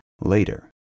later